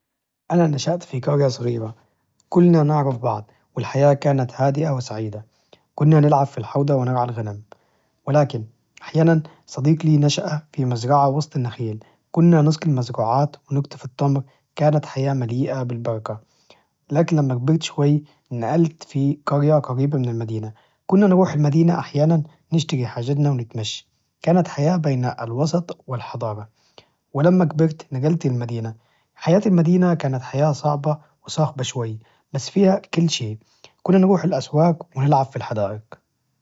أنا نشأت في قرية صغيرة كلنا نعرف بعض والحياة كانت هادئة وسعيدة، كنا نلعب في الحودة ونرعى الغنم، ولكن أحيانا صديق لي نشأ في مزرعة وسط النخيل، كنا نسقي المزروعات ونقطف التمر كانت حياة مليئة بالبركة، لكن لما كبرت شوي نقلت في قرية قريبة من المدينة كنا نروح المدينة أحيانا نشتري حاجاتنا ونتمشى كانت حياة بين الوسط والحضارة، ولما كبرت نقلت المدينة، حياة المدينة كانت حياة صاخبة وصعبة شوي بس فيها كل شي كنا نروح الأسواق ونلعب في الحدائق.